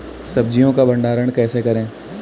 सब्जियों का भंडारण कैसे करें?